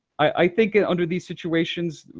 i think and under these situations,